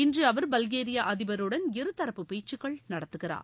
இன்று அவர் பல்கேரியா அதிபருடன் இருதரப்பு பேச்சுகள் நடத்துகிறார்